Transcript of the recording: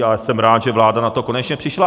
A jsem rád, že vláda na to konečně přišla.